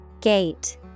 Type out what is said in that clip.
Gate